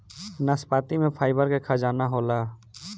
नाशपाती में फाइबर के खजाना होला